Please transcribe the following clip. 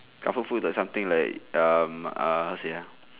comfort food got something like um how to say uh